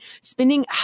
spending